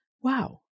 wow